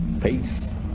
peace